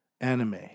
anime